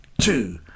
two